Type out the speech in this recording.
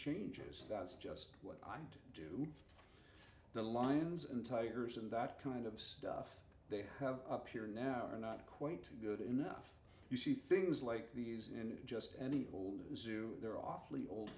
changes that's just what i'd do the lions and tigers and that kind of stuff they have up here now are not quite good enough you see things like these in just any old zoo they're awfully old